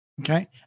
Okay